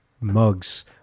mugs